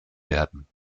werden